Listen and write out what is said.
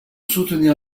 soutenir